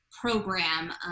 program